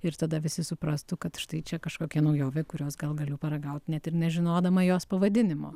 ir tada visi suprastų kad štai čia kažkokia naujovė kurios gal galiu paragaut net ir nežinodama jos pavadinimo